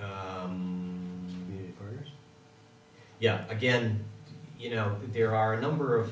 and yeah again you know there are a number of